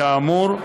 כאמור,